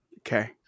Okay